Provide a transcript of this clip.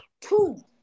Two